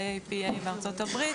ה-AAPA בארצות הברית,